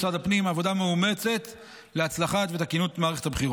משרד הפנים עמד באתגר החשוב